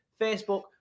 Facebook